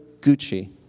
Gucci